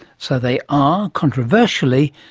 so they are, controversially,